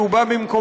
שהוא בא במקומו,